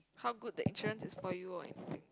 how good the insurance is for you or anything